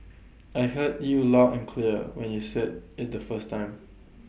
I heard you loud and clear when you said IT the first time